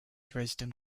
dresden